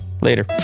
Later